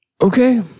Okay